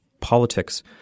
politics